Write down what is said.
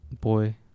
Boy